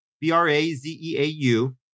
B-R-A-Z-E-A-U